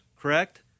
correct